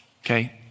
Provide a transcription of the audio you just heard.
Okay